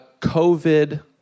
COVID